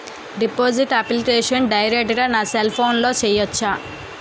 Deposit application direct గా నా cell ఫోన్లో చెయ్యచా?